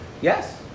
Yes